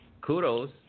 kudos